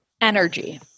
Energy